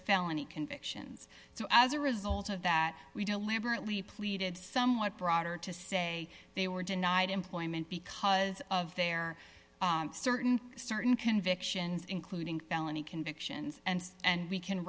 felony convictions so as a result of that we deliberately pleaded somewhat broader to say they were denied employment because of their certain certain convictions including felony convictions and and we can